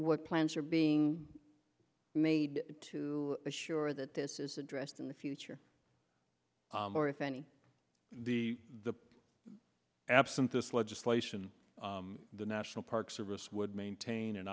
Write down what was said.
what plans are being made to assure that this is addressed in the future or if any the the absent this legislation the national park service would maintain and